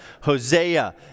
Hosea